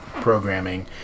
programming